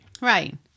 right